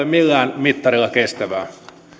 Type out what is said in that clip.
millään mittarilla kestävää